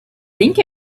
think